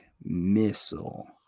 missile